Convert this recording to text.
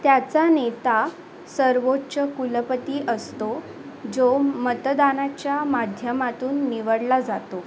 त्याचा नेता सर्वोच्च कुलपती असतो जो मतदानाच्या माध्यमातून निवडला जातो